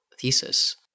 thesis